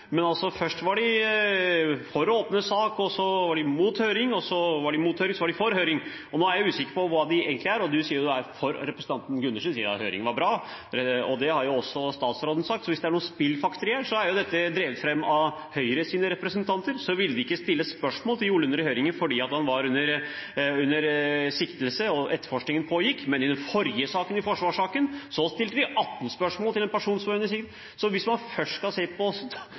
Men først var de for å åpne sak, så var de imot høring, så var de for høring, og nå er jeg usikker på hva de egentlig er. Representanten Gundersen sier at høring var bra. Det har jo også statsråden sagt. Så hvis det er noe spillfekteri her, er jo dette drevet fram av Høyres representanter. De ville ikke stille spørsmål til Jo Lunder under høringen fordi han var under siktelse og etterforskningen pågikk, men i den forrige saken, forsvarssaken, stilte de 18 spørsmål til en person som var under siktelse. Så hvis man først skal snakke om spillfekteri, bør man kanskje se